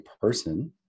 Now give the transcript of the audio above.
person